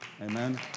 Amen